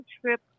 trip